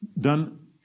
Done